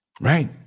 Right